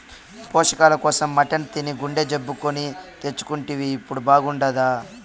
పోషకాల కోసం మటన్ తిని గుండె జబ్బు కొని తెచ్చుకుంటివి ఇప్పుడు బాగుండాదా